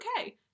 okay